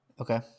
Okay